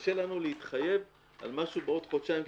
שקשה לנו להתחייב על משהו בעוד חודשיים.